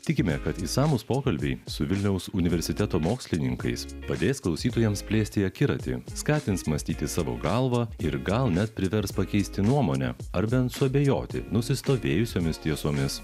tikime kad išsamūs pokalbiai su vilniaus universiteto mokslininkais padės klausytojams plėsti akiratį skatins mąstyti savo galva ir gal net privers pakeisti nuomonę ar bent suabejoti nusistovėjusiomis tiesomis